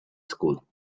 school